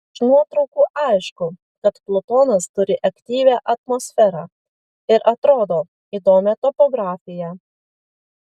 iš nuotraukų aišku kad plutonas turi aktyvią atmosferą ir atrodo įdomią topografiją